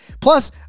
Plus